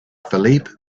philipp